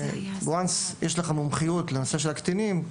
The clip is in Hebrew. וואנס, יש לך מומחיות לנושא של הקטינים,